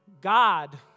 God